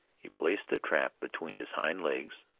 he placed the trap between his hind legs,